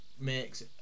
makes